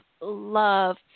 love